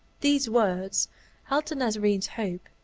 these words held the nazarene's hope.